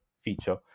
feature